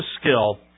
skill